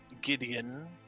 Gideon